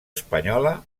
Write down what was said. espanyola